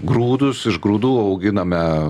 grūdus iš grūdų auginame